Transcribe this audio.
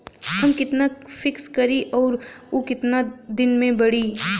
हम कितना फिक्स करी और ऊ कितना दिन में बड़ी?